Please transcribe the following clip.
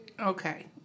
okay